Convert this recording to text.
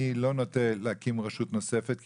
אני לא נוטה להקים רשות נוספת,